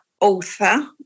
author